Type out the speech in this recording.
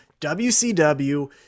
WCW